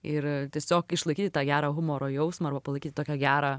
ir tiesiog išlaikyti tą gerą humoro jausmą arba palaikyti tokią gerą